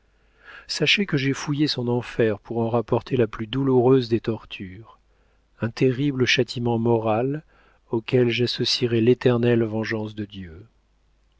sachez que j'ai fouillé son enfer pour en rapporter la plus douloureuse des tortures un terrible châtiment moral auquel j'associerai l'éternelle vengeance de dieu